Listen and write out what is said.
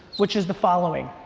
which is the following.